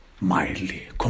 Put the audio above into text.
mildly